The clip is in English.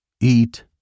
eat